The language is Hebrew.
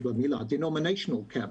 denominational camps,